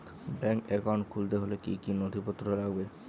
Bank account খুলতে হলে কি কি নথিপত্র লাগবে?